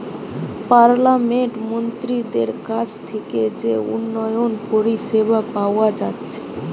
পার্লামেন্টের মন্ত্রীদের কাছ থিকে যে উন্নয়ন পরিষেবা পাওয়া যাচ্ছে